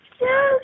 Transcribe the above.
Yes